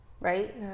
Right